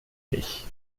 mich